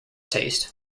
taste